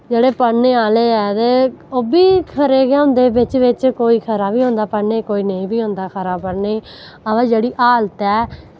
जेह्ड़े पढ़ने आह्ले ऐ ओह्बी खरे गै होंदे बिच बिच कोई खरा बी होंदा पढ़ने ई ते कोई खरा नेईं बी होंदा पढ़ने ई बा जेह्ड़ी हालत ऐ